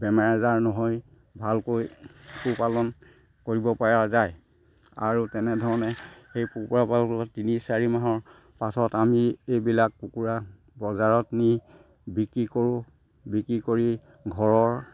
বেমাৰ আজাৰ নহয় ভালকৈ পোহ পালন কৰিব পৰা যায় আৰু তেনেধৰণে সেই কুকুৰা পালন কৰা তিনি চাৰি মাহৰ পাছত আমি এইবিলাক কুকুৰা বজাৰত নি বিক্ৰী কৰোঁ বিক্ৰী কৰি ঘৰৰ